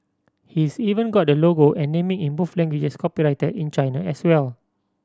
he's even got the logo and naming in both languages copyrighted in China as well